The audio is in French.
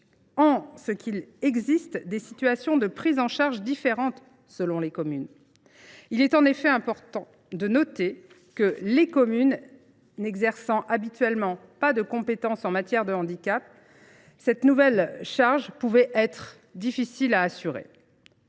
la mesure où les situations de prise en charge diffèrent selon les communes. En effet, il est important de noter que, les communes n’exerçant habituellement pas de compétences en matière de handicap, cette nouvelle charge pouvait être difficile à assumer.